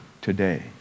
today